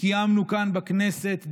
קיימנו כאן בכנסת דיונים,